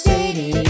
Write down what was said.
City